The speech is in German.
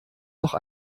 noch